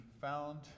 found